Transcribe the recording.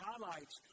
highlights